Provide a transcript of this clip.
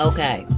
Okay